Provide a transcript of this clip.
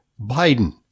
Biden